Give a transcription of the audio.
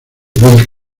bill